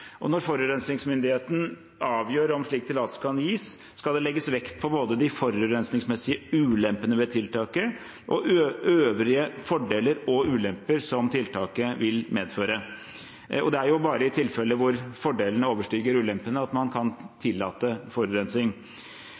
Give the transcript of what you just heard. Når forurensningsmyndigheten avgjør om slik tillatelse kan gis, skal det legges vekt på både de forurensningsmessige ulempene ved tiltaket og øvrige fordeler og ulemper som tiltaket vil medføre. Det er bare i tilfeller hvor fordelene overstiger ulempene, at man kan tillate forurensning.